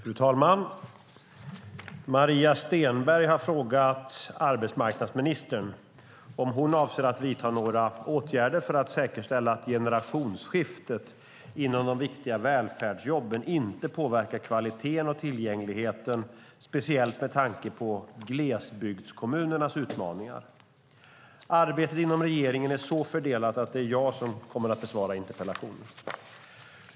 Fru talman! Maria Stenberg har frågat arbetsmarknadsministern om hon avser att vidta några åtgärder för att säkerställa att generationsskiftet inom de viktiga välfärdsjobben inte påverkar kvaliteten och tillgängligheten, speciellt med tanke på glesbygdskommunernas utmaningar. Arbetet inom regeringen är så fördelat att det är jag som kommer att besvara interpellationen.